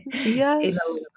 Yes